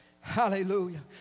Hallelujah